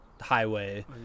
highway